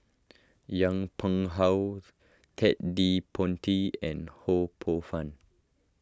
Yong Pung How Ted De Ponti and Ho Poh Fun